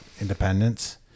independence